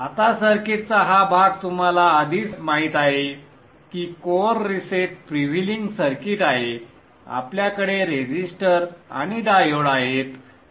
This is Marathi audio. आता सर्किटचा हा भाग तुम्हाला आधीच माहित आहे की कोअर रिसेट फ्रीव्हीलिंग सर्किट आहे आपल्याकडे रेझिस्टर आणि डायोड आहेत